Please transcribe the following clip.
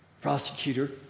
prosecutor